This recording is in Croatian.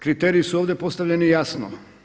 Kriteriji su ovdje postavljeni jasno.